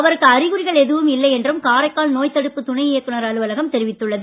அவருக்கு அறிகுறிகள் எதுவும் இல்லை என்றும் காரைக்கால் நோய்த் தடுப்பு துணை இயக்குனர் அலுவலகம் தெரிவித்துள்ளது